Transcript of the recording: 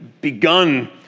begun